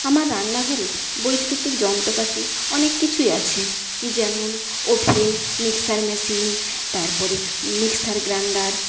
আমার রান্নাঘরে বৈদ্যুতিক যন্ত্রপাতি অনেক কিছুই আছে যেমন ওভেন মিক্সচার মেশিন তারপরে মিক্সচার গ্রাইন্ডার